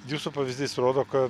jūsų pavyzdys rodo kad